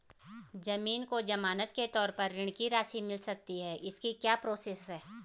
ज़मीन को ज़मानत के तौर पर ऋण की राशि मिल सकती है इसकी क्या प्रोसेस है?